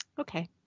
Okay